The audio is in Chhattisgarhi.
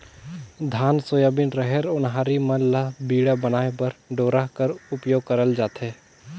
धान, सोयाबीन, रहेर, ओन्हारी मन ल बीड़ा बनाए बर डोरा कर उपियोग करल जाथे